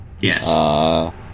Yes